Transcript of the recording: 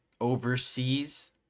overseas